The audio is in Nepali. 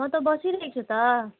म त बसिरहेको छु त